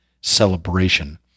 celebration